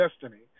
destiny